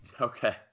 Okay